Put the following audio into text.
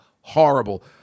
horrible